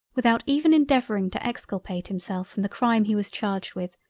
without even endeavouring to exculpate himself from the crime he was charged with,